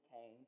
came